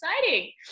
exciting